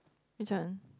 which one